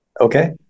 okay